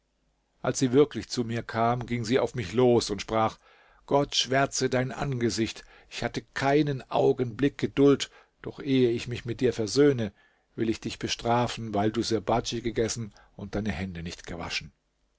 als sie wirklich zu mir kam ging sie auf mich los und sprach gott schwärze dein angesicht ich hatte keinen augenblick geduld doch ehe ich mich mit dir versöhne will ich dich bestrafen weil du sirbadj gegessen und deine hände nicht gewaschen